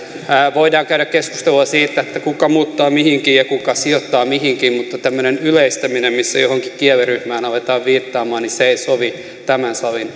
voidaan käydä keskustelua siitä kuka muuttaa mihinkin ja kuka sijoittaa mihinkin mutta tämmöinen yleistäminen missä johonkin kieliryhmään aletaan viittaamaan ei sovi tämän salin